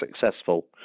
successful